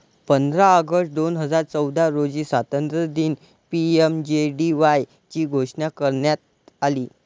पंधरा ऑगस्ट दोन हजार चौदा रोजी स्वातंत्र्यदिनी पी.एम.जे.डी.वाय ची घोषणा करण्यात आली